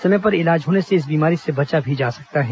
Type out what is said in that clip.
समय पर इलाज होने से इस बीमारी से बचा जा सकता है